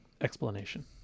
Explanation